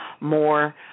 more